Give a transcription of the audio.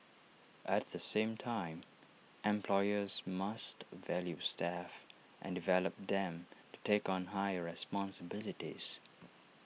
at the same time employers must value staff and develop them to take on higher responsibilities